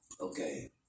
okay